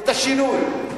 את השינוי.